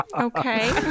okay